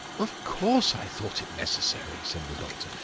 of course i thought it necessary! said the doctor,